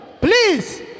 please